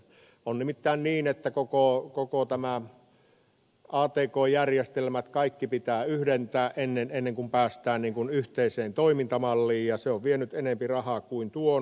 on nimittäin niin että atk järjestelmät kaikki pitää yhdentää ennen kuin päästään yhteiseen toimintamalliin ja se on vienyt enempi rahaa kuin tuonut